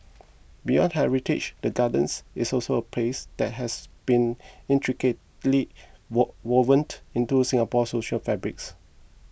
beyond heritage the gardens is also a place that has been intricately woven into Singapore's social fabrics